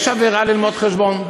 יש עבירה בללמוד חשבון?